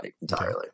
entirely